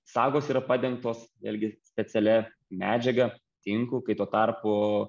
sagos yra padengtos vėlgi specialia medžiaga tinku kai tuo tarpu